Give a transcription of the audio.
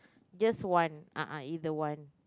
just one a'ah either one